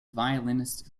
violinist